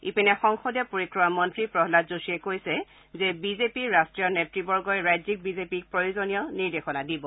ইপিনে সংসদীয় পৰিক্ৰমা মন্ত্ৰী প্ৰহাদ যোশীয়ে কৈছে যে বিজেপিৰ ৰষ্টীয় নেত়বগহি ৰাজ্যিক বিজেপিক প্ৰয়োজনীয় নিৰ্দেশনা দিব